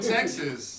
Texas